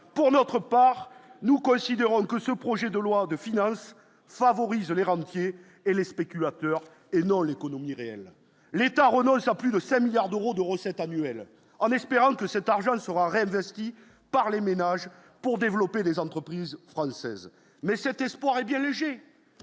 pour notre part, nous coïncideront que ce projet de loi de finale favorise les rentiers et les spéculateurs et non l'économie réelle, l'État a renoncé, en plus de sa milliards d'euros de recettes annuelles en espérant que cet argent sera réinvesti par les ménages pour développer des entreprises françaises mais cet espoir est bien légers